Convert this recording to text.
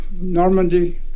Normandy